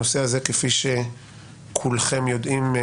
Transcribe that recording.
הנושא הזה כפי שכולכם יודעים,